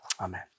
Amen